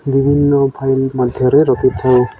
ବିଭିନ୍ନ ଫାଇଲ୍ ମଧ୍ୟରେ ରଖିଥାଉ